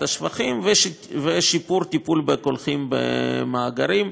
השפכים ושיפור הטיפול בקולחין במאגרים.